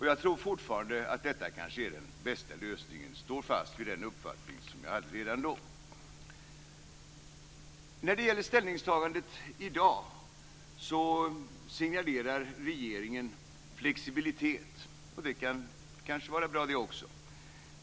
Jag tror fortfarande att detta kanske är den bästa lösningen och står fast vid den uppfattning som jag hade redan då. När det gäller ställningstagandet i dag signalerar regeringen flexibilitet, och det kan kanske vara bra det också.